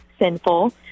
sinful